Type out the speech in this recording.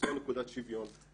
ליצור נקודת שוויון,